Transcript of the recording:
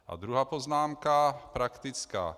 A druhá poznámka je praktická.